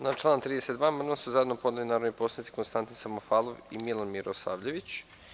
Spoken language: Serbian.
Na član 32. amandman su zajedno podneli narodni poslanici Konstantin Samofalov i Milomir Milosavljević.